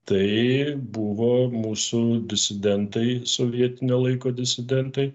tai buvo mūsų disidentai sovietinio laiko disidentai